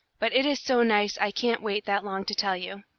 but it is so nice i can't wait that long to tell you.